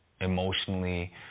emotionally